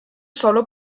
solo